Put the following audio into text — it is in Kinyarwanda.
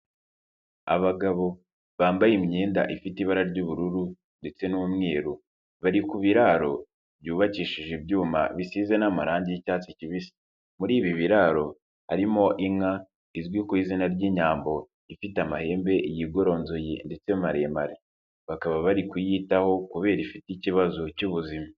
Abagabo bambaye imyenda ifite ibara ry'ubururu ndetse n'umweru, bari ku biraro byubakishije ibyuma bisize n'amarangi y'icyatsi kibisi. Muri ibi biraro harimo inka izwi ku izina ry'inyambo ifite amahembe yigoronzoye ndetse maremare, bakaba bari kuyitaho kubera ifite ikibazo cy'ubuzima.